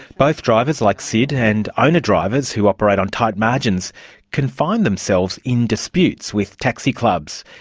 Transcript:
both drivers like sid and owner-drivers who operate on tight margins can find themselves in disputes with taxi clubs.